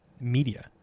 media